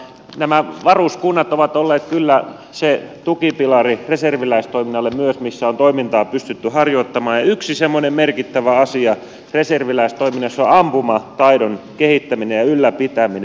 nämä varuskunnat ovat kyllä olleet myös reserviläistoiminnalle se tukipilari missä on toimintaa pystytty harjoittamaan ja yksi semmoinen merkittävä asia reserviläistoiminnassa on ampumataidon kehittäminen ja ylläpitäminen